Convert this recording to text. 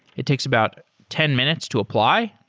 it takes about ten minutes to apply.